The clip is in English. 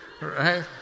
right